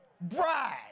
bride